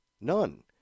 none